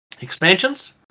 expansions